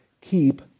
keep